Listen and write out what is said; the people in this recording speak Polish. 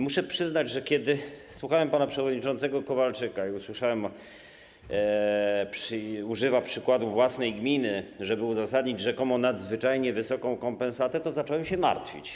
Muszę przyznać, że kiedy słuchałem pana przewodniczącego Kowalczyka i usłyszałem, że używa przykładu własnej gminy, żeby uzasadnić rzekomo nadzwyczajnie wysoką kompensatę, zacząłem się martwić.